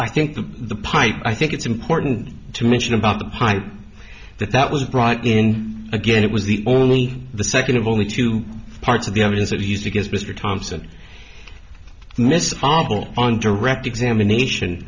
i think that the pipe i think it's important to mention about the pipe that that was brought in again it was the only the second of only two parts of the evidence that he used because mr thompson mrs hobble on direct examination